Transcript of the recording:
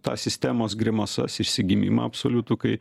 tą sistemos grimasas išsigimimą absoliutų kai